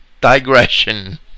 digression